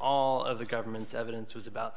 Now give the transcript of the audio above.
all of the government's evidence was about